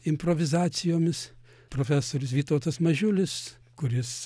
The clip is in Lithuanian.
improvizacijomis profesorius vytautas mažiulis kuris